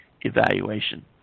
evaluation